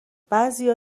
بعضیا